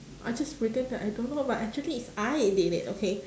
I just pretend that I don't know but actually is I did it okay